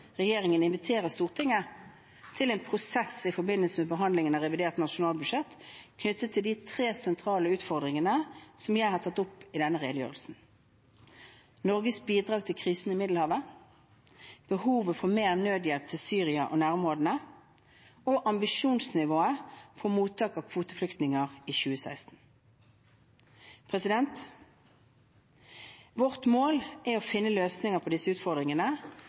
regjeringen invitere Stortinget til en prosess i forbindelse med behandlingen av revidert nasjonalbudsjettet knyttet til de tre sentrale utfordringene som jeg har tatt opp i denne redegjørelsen: Norges bidrag til krisen i Middelhavet, behovet for mer nødhjelp til Syria og nærområdene og ambisjonsnivået for mottak av kvoteflyktninger i 2016. Vårt mål er å finne løsninger på disse utfordringene